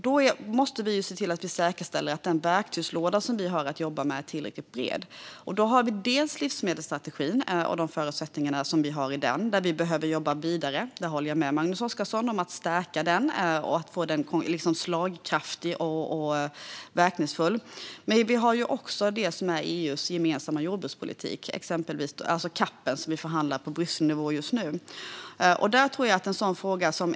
Vi måste därför säkerställa att den verktygslåda som finns att jobba med är tillräckligt stor. Vi har dels livsmedelsstrategin och de förutsättningar som finns i den. Jag håller med Magnus Oscarsson om att vi behöver jobba vidare för att stärka den och göra den slagkraftig och verkningsfull. Vi har dels också EU:s gemensamma jordbrukspolitik, det vill säga CAP, som vi förhandlar om på Brysselnivå just nu.